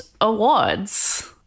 awards